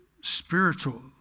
spiritual